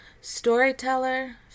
storyteller